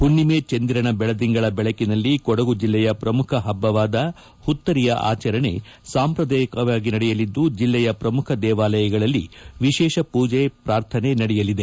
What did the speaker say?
ಹುಣ್ಣಿಮೆ ಚಂದಿರನ ಬೆಳದಿಂಗಳ ಬೆಳಕಿನಲ್ಲಿ ಕೊಡಗು ಜಲ್ಲೆಯ ಪ್ರಮುಖ ಪಬ್ಬವಾದ ಪುತ್ತರಿಯ ಆಚರಣೆ ಸಾಂಪ್ರದಾಯಿಕವಾಗಿ ನಡೆಯಲಿದ್ದು ಜಿಲ್ಲೆಯ ಪ್ರಮುಖ ದೇವಾಲಯಗಳಲ್ಲಿಯೂ ವಿಶೇಷ ಪೂಜೆ ಪ್ರಾರ್ಥನೆ ನಡೆಯಲಿದೆ